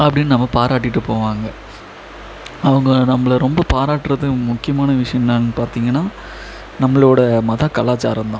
அப்படின்னு நம்மை பாராட்டிட்டு போவாங்க அவங்க நம்மளை ரொம்ப பாராட்டுறது முக்கியமான விஷயம் என்னன்னு பார்த்தீங்கன்னா நம்மளோட மதக் கலாச்சாரம் தான்